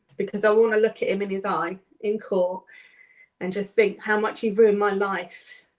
because i want to look at him in his eye in court and just think how much he ruined my life.